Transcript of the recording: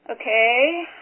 Okay